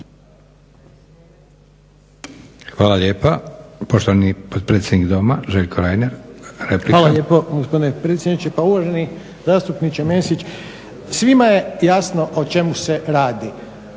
Reiner, replika. **Reiner, Željko (HDZ)** Hvala lijepo gospodine predsjedniče. Pa uvaženi zastupniče Mesić, svima je jasno o čemu se radi,